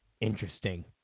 interesting